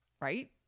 Right